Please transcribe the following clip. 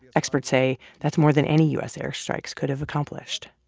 experts say that's more than any u s. airstrikes could have accomplished.